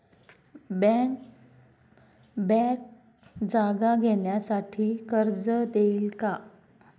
Bank जागा घेण्यासाठी कर्ज देईल का?